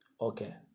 Okay